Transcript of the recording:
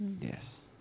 yes